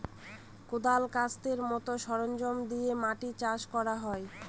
কোঁদাল, কাস্তের মতো সরঞ্জাম দিয়ে মাটি চাষ করা হয়